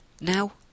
Now